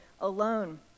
alone